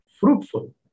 fruitful